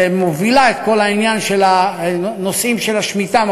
שמובילה את כל העניין של הנושאים של השמיטה,